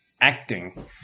acting